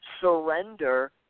surrender